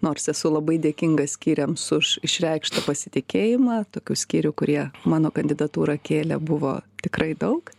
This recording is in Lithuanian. nors esu labai dėkinga skyriams už išreikštą pasitikėjimą tokių skyrių kurie mano kandidatūrą kėlė buvo tikrai daug